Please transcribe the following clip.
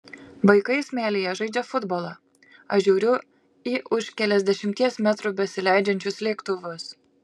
vaikai smėlyje žaidžia futbolą aš žiūriu į už keliasdešimties metrų besileidžiančius lėktuvus